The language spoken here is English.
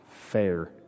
fair